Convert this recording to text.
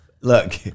Look